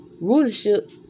rulership